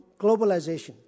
globalization